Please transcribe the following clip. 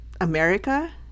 America